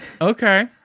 Okay